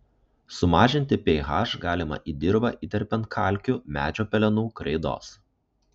sumažinti ph galima į dirvą įterpiant kalkių medžio pelenų kreidos